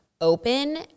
open